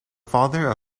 father